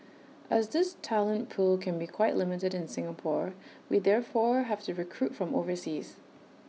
as this talent pool can be quite limited in Singapore we therefore have to recruit from overseas